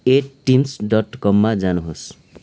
एट्टिम्स dot कममा जानुहोस्